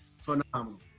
phenomenal